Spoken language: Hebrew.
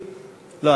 לא,